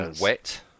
wet